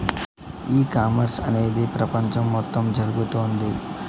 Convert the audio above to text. ఈ కామర్స్ అనేది ప్రపంచం మొత్తం జరుగుతోంది